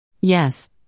Yes